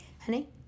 honey